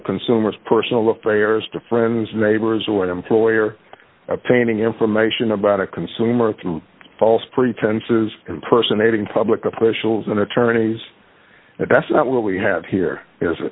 a consumer's personal affairs to friends neighbors or an employer obtaining information about a consumer through false pretenses impersonating public officials and attorneys and that's what we have here